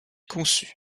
conçu